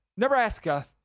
Nebraska